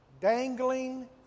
dangling